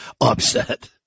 Upset